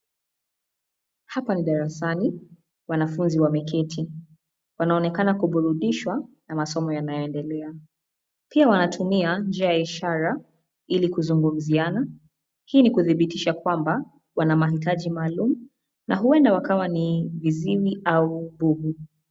Hapa ni darasani, wanafunzi wameketi, wanaonekana kuburudishwa na masomo yanayoendelea, pia wanatumia njia ya ishara, ilikuzungumziana, hii ni kuthibitisha kwamba, wana mahitaji maalum, na huenda wakawa ni viziwi au bubu.